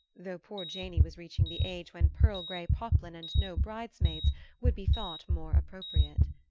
though poor janey was reaching the age when pearl grey poplin and no bridesmaids would be thought more appropriate.